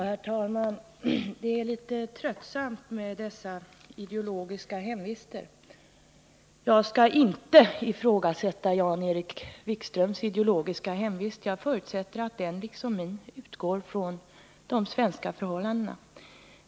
Herr talman! Det är litet tröttsamt med dessa hänvisningar till ideologiska hemvist. Jag skall inte ifrågasätta Jan-Erik Wikströms ideologiska hemvist. Jag förutsätter att den liksom min utgår från de svenska förhållandena.